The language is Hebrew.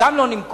וגם לא נימקו,